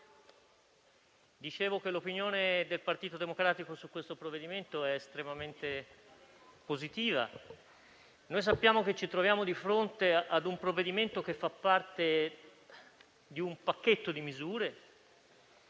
Dicevo che l'opinione del Partito Democratico su questo provvedimento è estremamente positiva. Sappiamo che ci troviamo di fronte a un provvedimento che fa parte di un pacchetto di misure,